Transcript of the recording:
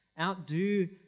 outdo